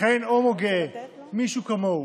מכהן הומו גאה, מישהו כמוהו,